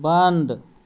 बन्द